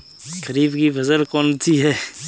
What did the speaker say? खरीफ की फसल कौन सी है?